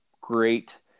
great